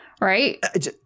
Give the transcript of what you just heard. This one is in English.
right